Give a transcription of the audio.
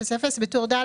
בטור ד',